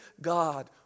God